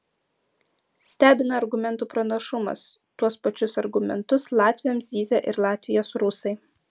stebina argumentų panašumas tuos pačius argumentus latviams zyzia ir latvijos rusai